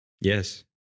Yes